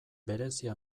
berezia